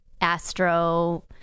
astro